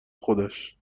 خودش